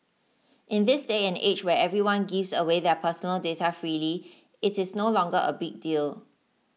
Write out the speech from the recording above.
in this day and age where everyone gives away their personal data freely it is no longer a big deal